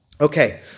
Okay